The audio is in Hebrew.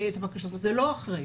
זה לא אחרי.